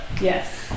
Yes